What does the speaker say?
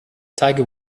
tiger